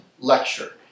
lecture